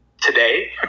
today